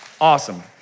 Awesome